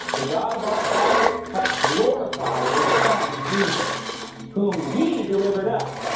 the god of our fathers, hath glorified his son jesus whom ye delivered up,